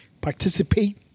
Participate